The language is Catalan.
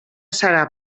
serà